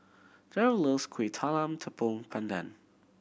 Derl loves Kuih Talam Tepong Pandan